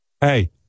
hey